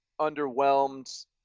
underwhelmed